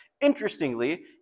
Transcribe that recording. Interestingly